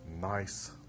nice